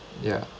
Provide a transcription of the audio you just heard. ya